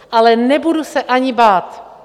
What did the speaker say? Ale nebudu se ani bát.